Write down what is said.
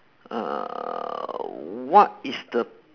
err what is the